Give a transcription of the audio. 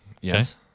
Yes